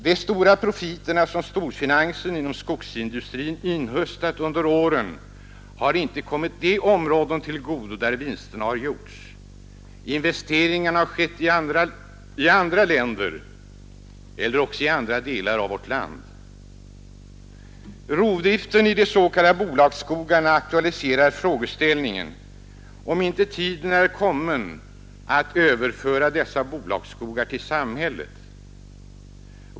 De stora profiter som storfinansen inom skogsindustrin inhöstat under åren har inte kommit de områden till godo där vinsterna har gjorts. Investeringarna har skett i andra länder eller i andra delar av vårt land. Rovdriften i de s.k. bolagsskogarna aktualiserar frågeställningen om inte tiden är kommen att överföra dessa bolagsskogar i samhällets ägo.